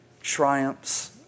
triumphs